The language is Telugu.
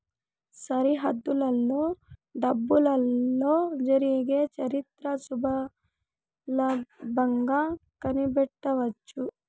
సరిహద్దులలో డబ్బులతో జరిగే చరిత్ర సులభంగా కనిపెట్టవచ్చు